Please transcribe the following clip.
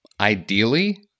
ideally